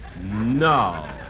No